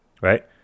right